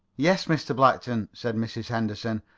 yes, mr. blackton, said mrs. henderson.